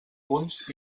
punts